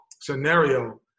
scenario